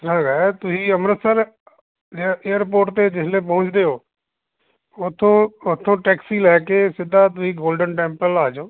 ਹੈਗਾ ਹੈ ਤੁਸੀਂ ਅੰਮ੍ਰਿਤਸਰ ਏਅ ਏਅਰਪੋਰਟ 'ਤੇ ਜਿਸ ਵੇਲੇ ਪਹੁੰਚਦੇ ਹੋ ਉੱਥੋਂ ਉੱਥੋਂ ਟੈਕਸੀ ਲੈ ਕੇ ਸਿੱਧਾ ਤੁਸੀਂ ਗੋਲਡਨ ਟੈਂਪਲ ਆ ਜਾਓ